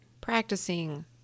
practicing